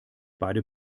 beide